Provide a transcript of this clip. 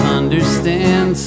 understand